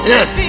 Yes